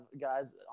guys –